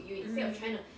mm